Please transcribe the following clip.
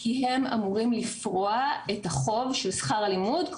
כי הם אמורים לפרוע את החוב של שכר הלימוד,